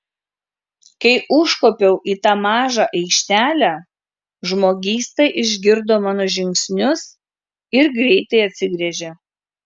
kai užkopiau į tą mažą aikštelę žmogysta išgirdo mano žingsnius ir greitai atsigręžė